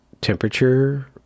temperature